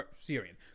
Syrian